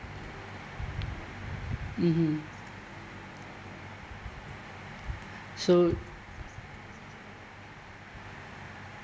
mmhmm so